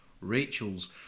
Rachel's